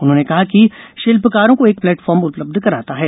उन्होंने कहा कि यह शिल्पकारों को एक प्लेटफॉर्म उपलब्ध कराता है